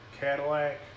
Cadillac